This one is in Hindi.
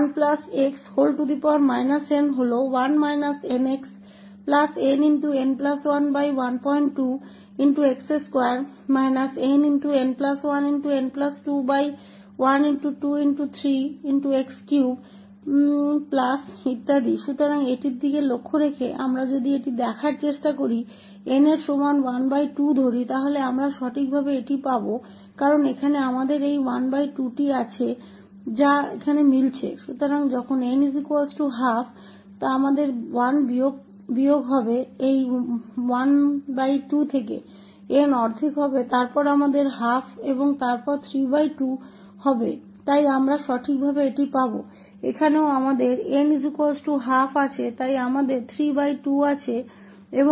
इसलिए इस विस्तार या द्विपद विस्तार पर ध्यान दें हमारे पास 1x n है 1 nxnn112x2 nn1n2123x3 तो इस पर ध्यान देते हुए यदि हम इसे देखने की कोशिश करते हैं और इसे 𝑛 के बराबर 12 लेते हैं तो हम इसे ठीक से प्राप्त करेंगे क्योंकि यहां हमारे पास यह 12 है जो वहां मेल खाता है तो जब 𝑛 12 हमारे पास 1 घटा यह12 है 𝑛 आधा है तो हमारे पास 12और फिर 32 है इसलिए हमें ठीक यही मिलेगा